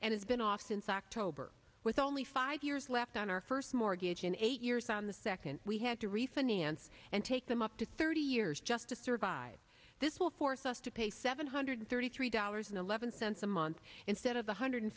has been off since october with only five years left on our first mortgage in eight years on the second we had to refinance and take them up to thirty years just to survive this will force us to pay seven hundred thirty three dollars and eleven cents a month instead of the hundred